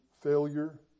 failure